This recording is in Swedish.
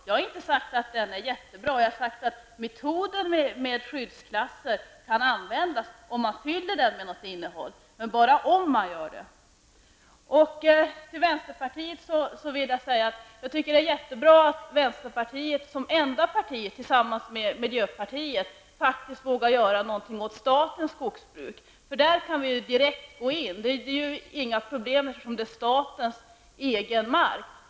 Jag har inte sagt att den är jättebra, utan jag har sagt att metoden med skyddsklasser kan användas om man fyller den med något innehåll, men bara om man gör det. Jag tycker att det är jättebra att vänsterpartiet som enda parti tillsammans med miljöpartiet faktiskt vågar göra något åt statens skogsbruk. I detta sammanhang kan man ju direkt gå in. Det är ju inga problem, eftersom det är fråga om statens egen mark.